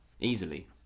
easily